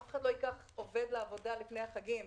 אף אחד לא ייקח עובד לעבודה לפני החגים,